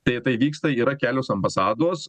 deja tai vyksta yra kelios ambasados